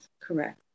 Correct